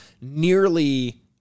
nearly